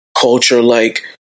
culture-like